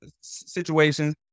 situations